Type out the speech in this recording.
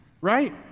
Right